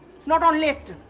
it's not on list.